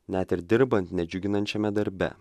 net ir dirbant nedžiuginančiame darbe